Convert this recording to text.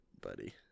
buddy